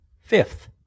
fifth